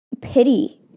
pity